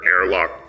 airlock